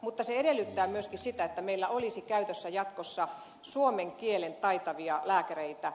mutta se edellyttää myöskin sitä että meillä olisi käytössä jatkossa suomen kielen taitoisia lääkäreitä